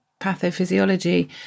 pathophysiology